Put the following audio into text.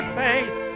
faith